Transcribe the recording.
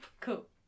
Cool